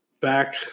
back